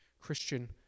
Christian